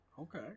Okay